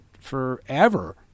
forever